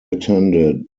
attended